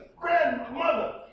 grandmother